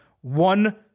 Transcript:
one